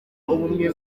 ubumwe